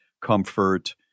comfort